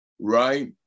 right